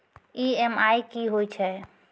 EMI कि होय छै?